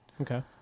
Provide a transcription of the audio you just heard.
Okay